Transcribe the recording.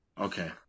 Okay